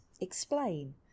explain